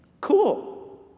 Cool